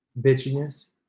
bitchiness